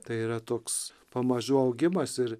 tai yra toks pamažu augimas ir